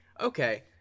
Okay